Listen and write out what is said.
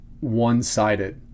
one-sided